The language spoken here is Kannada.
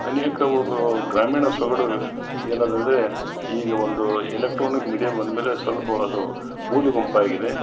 ಅನೇಕ ವಗೂ ಗ್ರಾಮೀಣ ಸೊಗಡು ಏನತಂದ್ರೆ ಈಗ ಒಂದು ಎಲೆಕ್ಟ್ರಾನಿಕ್ ಮೀಡಿಯಾ ಬಂದ ಮೇಲೆ ಸ್ವಲ್ಪ ಅದು ಮೂಲಿ ಗುಂಪು ಆಗಿದೆ